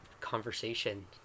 conversation